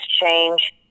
change